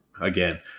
again